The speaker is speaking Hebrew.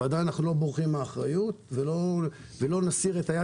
עדיין אנחנו לא בורחים מאחריות ולא נסיר את היד